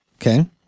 okay